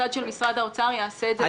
הצד של משרד האוצר יעשה את זה.